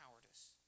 cowardice